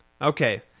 Okay